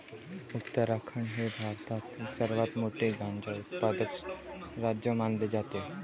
उत्तराखंड हे भारतातील सर्वात मोठे गांजा उत्पादक राज्य मानले जाते